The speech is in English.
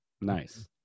Nice